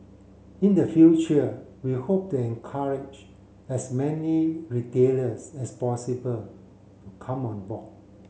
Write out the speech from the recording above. in the future we hope to encourage as many retailers as possible to come on board